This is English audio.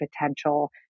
potential